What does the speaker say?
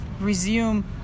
resume